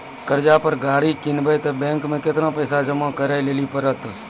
कर्जा पर गाड़ी किनबै तऽ बैंक मे केतना पैसा जमा करे लेली पड़त?